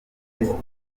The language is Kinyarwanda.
tujyana